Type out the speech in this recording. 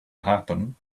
happen